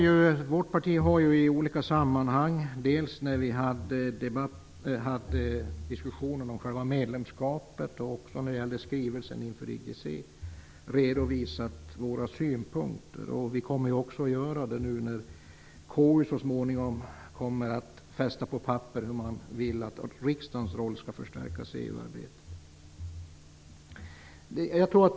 Vi i vårt parti har i olika sammanhang - dels då vi hade diskussionen om själva medlemskapet, dels i samband med skrivelsen inför IGC - redovisat våra synpunkter. Vi kommer att göra det också när KU så småningom fäster på papper hur man vill att riksdagens roll i EU-arbetet skall förstärkas.